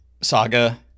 saga